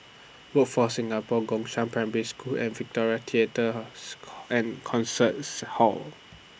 Workforce Singapore Gongshang Primary School and Victoria Theatres and Concerts Hall